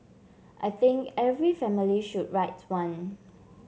I think every family should write one